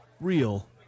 real